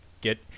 get